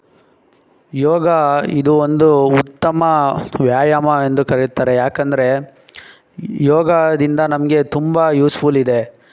ಯೋಗ ಇದು ಒಂದು ಉತ್ತಮ ವ್ಯಾಯಾಮ ಎಂದು ಕರೆಯುತ್ತಾರೆ ಯಾಕಂದರೆ ಯೋಗದಿಂದ ನಮಗೆ ತುಂಬ ಯೂಸ್ಫುಲ್ ಇದೆ